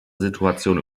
situation